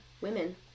women